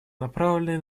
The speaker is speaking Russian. направленные